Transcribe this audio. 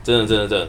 真的真的真的